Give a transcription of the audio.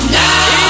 now